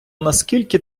наскільки